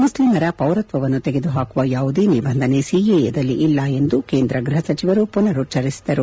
ಮುಸ್ಲಿಮರ ಪೌರತ್ವವನ್ನು ತೆಗೆದುಹಾಕುವ ಯಾವುದೇ ನಿಬಂಧನೆ ಸಿಎಎದಲ್ಲಿ ಇಲ್ಲ ಎಂದು ಕೇಂದ್ರ ಗೃಹ ಸಚಿವರು ಪುನರುಚ್ದರಿಸಿದರು